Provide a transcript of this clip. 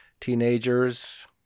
teenagers